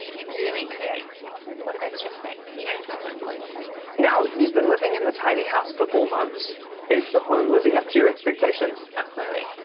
it really creates a lot of extra space. you don't feel so enclosed now you've been living in the tiny house for four months is the home living up to your expectations absolutely.